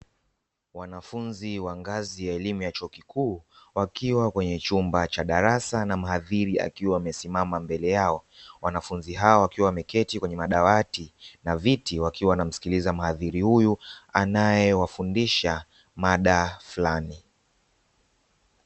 Wanafunzi wa ngazi ya elimu ya chuo kikuu wakiwa kwenye chumba cha darasa na mhadhiri akiwa amesimama mbele yao, wanafunzi hao wakiwa wameketi kwenye madawati na viti wakiwa wanamsikiliza mhadhiri huyu anayewafundisha mada fulani.